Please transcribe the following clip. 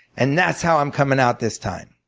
and that's how i'm coming out this time.